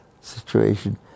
situation